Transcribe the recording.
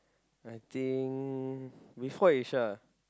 I think before Aisha